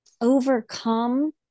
overcome